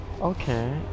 Okay